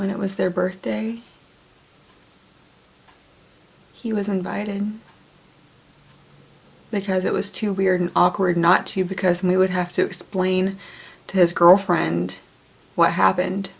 when it was their birthday he was invited because it was too weird and awkward not to because he would have to explain to his girlfriend what happened